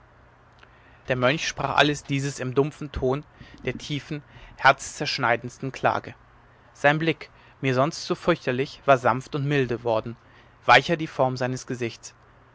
der mönch sprach alles dieses im dumpfen ton der tiefen herzzerschneidendsten klage sein blick mir sonst so fürchterlich war sanft und milde worden weicher die form seines gesichts